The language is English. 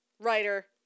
writer